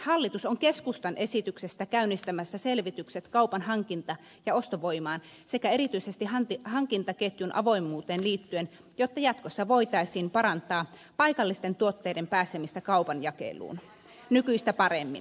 hallitus on keskustan esityksestä käynnistämässä selvitykset kaupan hankinta ja ostovoimaan sekä erityisesti hankintaketjun avoimuuteen liittyen jotta jatkossa voitaisiin parantaa paikallisten tuotteiden pääsemistä kaupan jakeluun nykyistä paremmin